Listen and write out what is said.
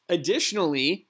Additionally